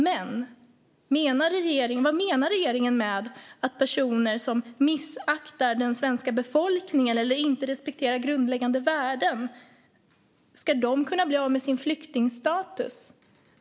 Men vad menar regeringen med personer som missaktar den svenska befolkningen eller inte respekterar grundläggande värden? Ska de kunna bli av med sin flyktingstatus?